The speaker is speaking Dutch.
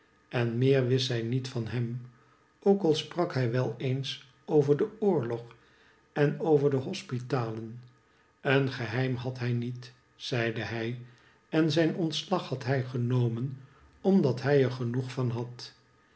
en meer wist zij niet van hem ook al sprak hij wel eens over den oorlog en over de hospitalen een geheim had hij niet zeide hij en zijn ontslag had hij genomen omdat hij er genoeg van had